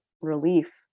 relief